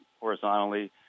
horizontally